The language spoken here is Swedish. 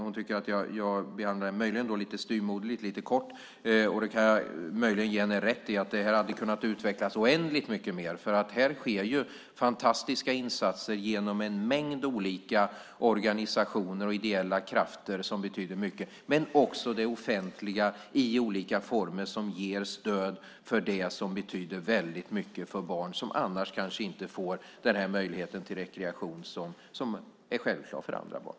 Hon tycker att jag behandlat hennes fråga lite styvmoderligt och kort. Jag kan möjligen ge henne rätt i att det hade kunnat utvecklas oändligt mycket mer, för det görs fantastiska insatser genom en mängd olika organisationer och ideella krafter, vilket betyder mycket. Men också det offentliga ger i olika former stöd för sådant som betyder mycket för de barn som annars kanske inte får den möjlighet till rekreation som är självklar för andra barn.